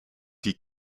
die